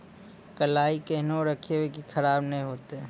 कलाई केहनो रखिए की खराब नहीं हुआ?